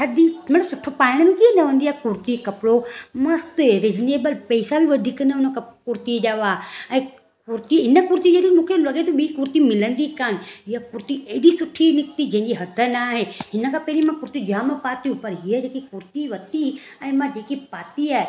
थधी मतिलबु सुठो पाइण में कीअं लवंदी आ कुर्ती कपड़ो मस्त हे रिज़नेबल पेसा बि वधीक न हुन कप कुर्ती जा उहा ऐं कुर्ती हिन कुर्ती जो त मूंखे लॻे थो ॿी कुर्ती मिलंदी कोनि हीअ कुर्ती एॾी सुठी निकिती जंहिंजी हथ न आहे हिन खां पहिरियों मां कुर्ती जाम पातियूं पर हीअ जेकी कुर्ती वरिती ऐं मां जेकी पाती आहे